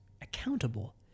accountable